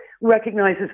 recognizes